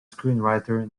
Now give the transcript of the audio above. screenwriter